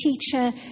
teacher